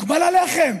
מקובל עליכם.